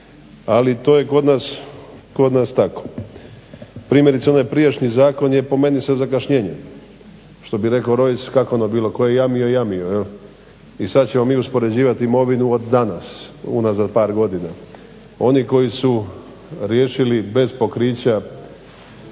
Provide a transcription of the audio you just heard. Ali to je kod nas tako. Primjerice onaj prijašnji zakon je po meni sa zakašnjenjem. Što bi rekao Rojs kako je ono bilo "Tko je jamio, jamio". I sad ćemo mi uspoređivati imovinu od danas unazad par godina. Oni koji su riješili bez pokrića